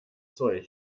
zeug